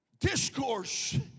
Discourse